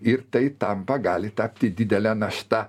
ir tai tampa gali tapti didele našta